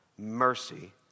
Mercy